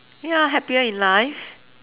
ya happier in life